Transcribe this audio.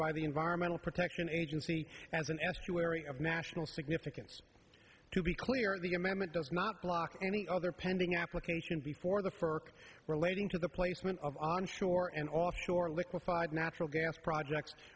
by the environmental protection agency as an estuary of national significance to be clear the amendment does not block any other pending application before the fir relating to the placement of onshore and offshore liquefied natural gas projects